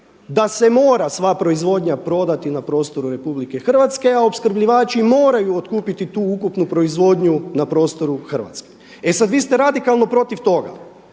da se mora sva proizvodnja prodati na prostoru Republike Hrvatske, a opskrbljivači moraju otkupiti tu ukupnu proizvodnju na prostoru Hrvatske. E sad, vi ste radikalno protiv toga.